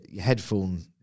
headphone